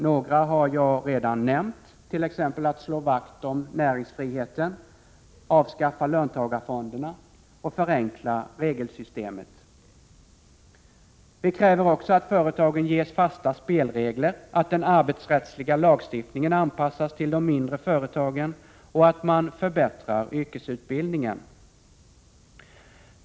Några har jag redan nämnt, t.ex. att slå vakt om näringsfriheten, avskaffa löntagarfonderna och förenkla regelsystemet. Vi kräver också att företagen ges fasta spelregler, att den arbetsrättsliga lagstiftningen anpassas till de mindre företagen och att man förbättrar yrkesutbildningen.